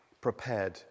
prepared